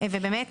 ובאמת